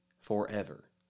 forever